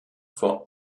vor